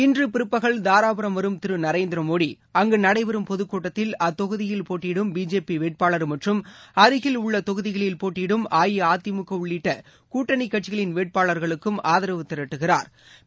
இன்றுபிற்பகல் தாராபுரம் வரும் திருநரேந்திரமோடி அங்குநடைபெறும் பொதுக்கூட்டத்தில் அத்தொகுதியில் போட்டியிடும் பிஜேபிவேட்பாளர் மற்றும் அருகில் உள்ளதொகுதிகளில் போட்டியிடும் அஇஅதிமுகஉள்ளிட்டகூட்டணிகட்சிகளின் வேட்பாளா்களுக்கும் ஆதரவு திரட்டுகிறாா்